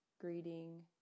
greeting